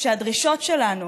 שהדרישות שלנו